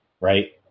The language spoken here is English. right